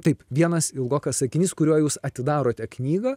taip vienas ilgokas sakinys kuriuo jūs atidarote knygą